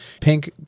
pink